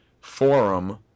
forum